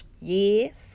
yes